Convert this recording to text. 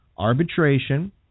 Arbitration